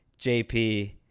JP